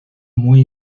muy